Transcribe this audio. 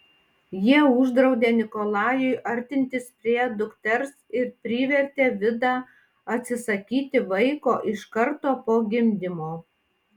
jie uždraudė nikolajui artintis prie dukters ir privertė vidą atsisakyti vaiko iš karto po gimdymo